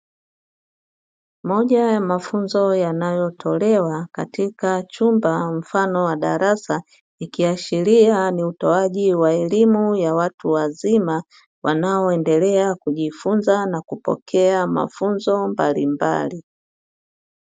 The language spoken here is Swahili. Moja ya mafunzo yanayotolewa katika chumba mfano wa darasa ikiashiria ni utoaji wa elimu ya watu wazima wanaoendelea kujifunza na kupokea mafunzo mbalimbali.